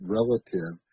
relative